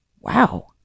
Wow